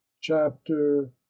Chapter